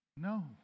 no